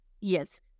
Yes